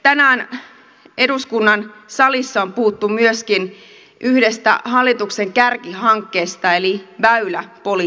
tänään eduskunnan salissa on puhuttu myöskin yhdestä hallituksen kärkihankkeesta eli väyläpolitiikasta